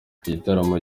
gitaramo